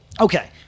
okay